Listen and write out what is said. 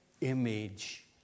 image